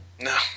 No